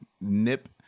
nip